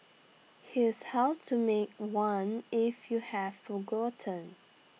here's how to make one if you have forgotten